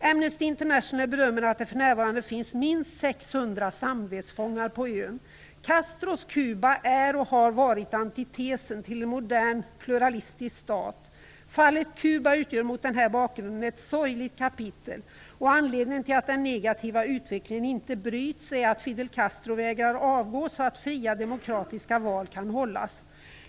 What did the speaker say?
Amnesty International bedömer att det för närvarande finns minst 600 samvetsfångar på ön. Castros Kuba är och har varit antitesen till en modern pluralistisk stat. Fallet Kuba utgör mot den här bakgrunden ett sorgligt kapitel. Anledningen till att den negativa utvecklingen inte bryts är att Fidel Castro vägrar avgå, så att fria demokratiska val kan hållas.